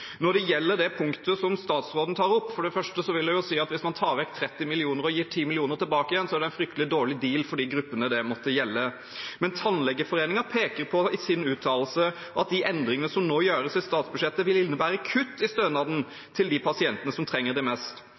Når det gjelder det punktet som statsråden tar opp, vil jeg for det første si at hvis man tar vekk 30 mill. kr og gir 10 mill. kr tilbake igjen, er det en fryktelig dårlig deal for de gruppene det måtte gjelde. Tannlegeforeningen peker i sin uttalelse på at de endringene som nå gjøres i statsbudsjettet, vil innebære kutt i stønaden til de pasientene som trenger det mest.